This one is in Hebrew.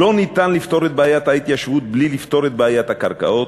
"לא ניתן לפתור את בעיית ההתיישבות בלי לפתור את בעיית הקרקעות,